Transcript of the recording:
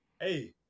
hey